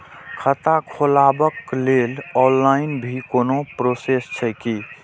खाता खोलाबक लेल ऑनलाईन भी कोनो प्रोसेस छै की?